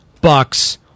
Bucks